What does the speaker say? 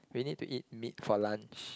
we need to eat meat for lunch